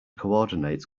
coordinate